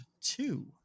two